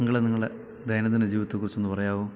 നിങ്ങൾ നിങ്ങളുടെ ദൈനദിന ജീവിതത്തെ കുറിച്ച് ഒന്ന് പറയാമോ